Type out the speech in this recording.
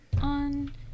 on